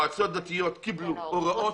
מועצות דתיות קיבלו הוראות ברורות.